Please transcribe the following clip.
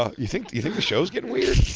ah you think you think the show's gettin' weird?